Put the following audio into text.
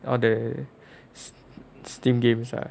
are they steam games ah